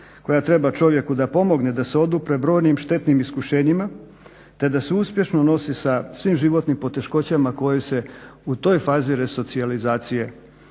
koja treba čovjeku da pomogne da se odupre brojnim štetnim iskušenjima te da se uspješno nosi sa svim životnim poteškoćama koje se u toj fazi resocijalizacije